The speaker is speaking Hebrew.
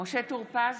משה טור פז,